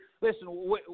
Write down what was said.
listen